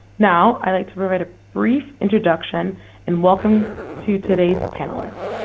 now, i'd like to provide a brief introduction and welcome to today's panelist.